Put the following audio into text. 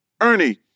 Ernie